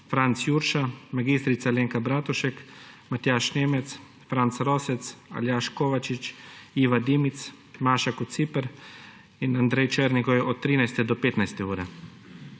Franc Jurša, Alenka Bratušek, Matjaž Nemec, Franc Rosec, Aljaž Kovačič, Iva Dimic, Maša Kociper in Andrej Černigoj od 13. do 15. ure.